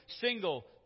single